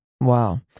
Wow